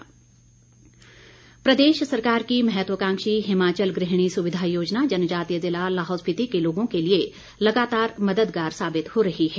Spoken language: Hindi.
गृहणी सुविधा प्रदेश सरकार की महत्वकांक्षी हिमाचल गृहणी सुविधा योजना जनजातीय ज़िला लाहौल स्पिति के लोगों के लिए लगातार मददगार साबित हो रही है